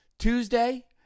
Tuesday